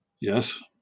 yes